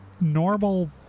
normal